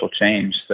change